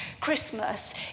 Christmas